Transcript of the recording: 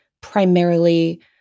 primarily